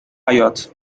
حیاط